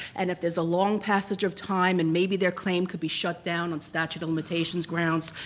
and if there's a long passage of time and maybe their claim could be shut down on statute of limitations grounds,